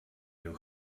you